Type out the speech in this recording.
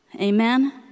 Amen